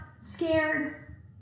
scared